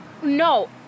No